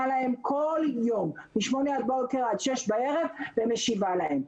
להם כל יום משמונה בבוקר עד שש בערב ומשיבה להם.